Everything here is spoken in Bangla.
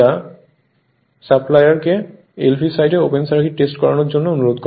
যা সাপ্লায়ার কে LV সাইডে ওপেন সার্কিট টেস্ট করানোর জন্য অনুরোধ করে